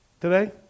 today